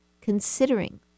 considering